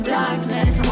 darkness